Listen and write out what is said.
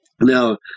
Now